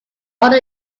order